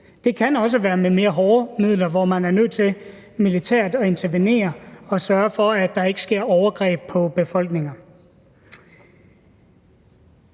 det kan også være med mere hårde midler, hvor man er nødt til militært at intervenere og sørge for, at der ikke sker overgreb på befolkninger.